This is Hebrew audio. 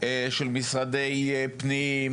של משרדי הפנים,